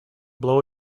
blow